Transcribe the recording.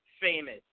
famous